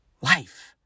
life